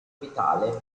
vitale